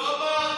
לא אמר?